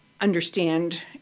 understand